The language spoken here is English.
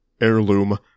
Heirloom